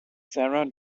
sarah